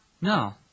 No